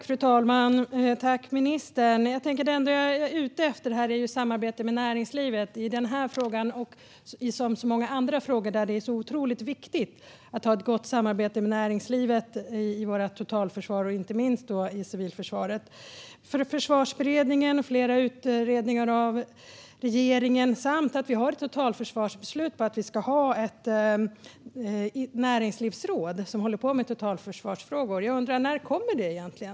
Fru talman! Det enda jag är ute efter här är samarbete med näringslivet i den här frågan liksom i så många andra frågor där det är otroligt viktigt att ha ett gott samarbete med näringslivet i vårt totalförsvar och inte minst i civilförsvaret. Försvarsberedningen och flera utredningar av regeringen har berört detta, och vi har ett totalförsvarsbeslut på att vi ska ha ett näringslivsråd som ska hålla på med totalförsvarsfrågor. Jag undrar: När kommer det egentligen?